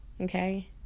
Okay